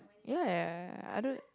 ya I don't